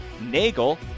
Nagel